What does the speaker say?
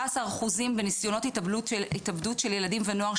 אחוזים בניסיונות התאבדות של ילדים ונוער,